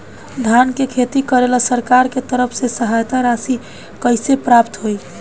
धान के खेती करेला सरकार के तरफ से सहायता राशि कइसे प्राप्त होइ?